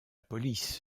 police